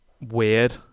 weird